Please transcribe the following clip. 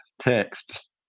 text